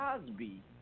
Cosby